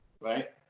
right